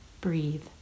breathe